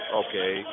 okay